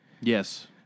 Yes